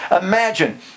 imagine